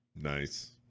Nice